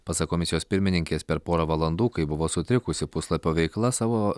pasak komisijos pirmininkės per porą valandų kai buvo sutrikusi puslapio veikla savo